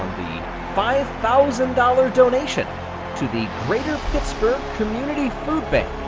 five thousand dollars donation to the greater pittsburgh community food bank,